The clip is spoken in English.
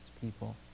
people